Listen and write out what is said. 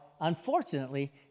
unfortunately